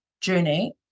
journey